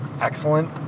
excellent